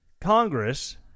Congress